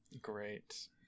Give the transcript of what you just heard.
Great